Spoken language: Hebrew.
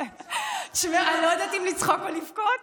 --- אני לא יודעת אם לצחוק או לבכות,